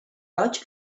roig